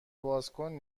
بازکن